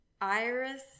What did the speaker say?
Iris